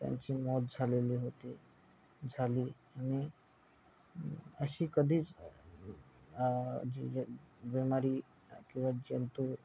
त्यांची मौत झालेली होती झाली आणि अशी कधीच जी जे बिमारी किंवा जंतू